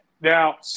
Now